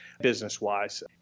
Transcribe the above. business-wise